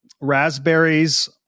raspberries